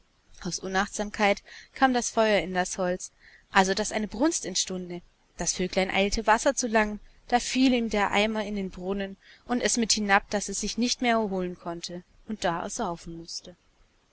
aus unachtsamkeit kam das feuer in das holz also daß eine brunst entstunde das vöglein eilte wasser zu langen da entfiel ihm der eimer in den brunnen und es mit hinab daß es sich nit konnte mehr erholen und da ersaufen mußte